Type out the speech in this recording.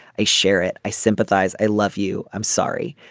i share it. i sympathize. i love you. i'm sorry.